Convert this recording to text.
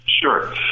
Sure